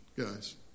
Guys